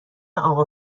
اقا